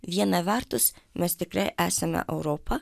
viena vertus mes tikrai esame europa